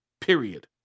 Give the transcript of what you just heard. period